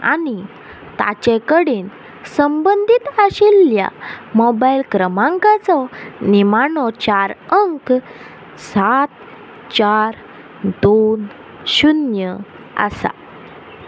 आनी ताचे कडेन संबंदीत आशिल्ल्या मोबायल क्रमांकाचो निमाणो चार अंक सात चार दोन शुन्य आसा